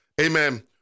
Amen